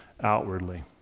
outwardly